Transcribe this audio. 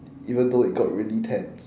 even though it got really tense